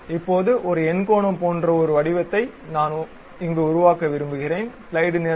இப்போது ஒரு எண்கோணம் போன்ற ஒரு வடிவத்தை நான் இங்கு உருவாக்க விரும்புகிறேன்